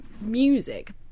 Music